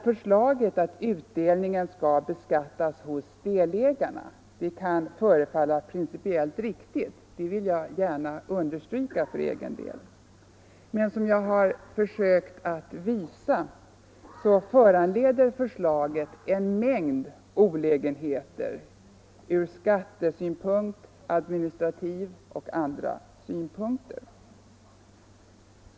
Förslaget att utdelning skall beskattas hos delägarna kan förefalla principiellt riktigt — det vill jag gärna understryka — men som jag har försökt visa föranleder förslaget en mängd olägenheter från skatteadministrativ synpunkt och även från andra synpunkter.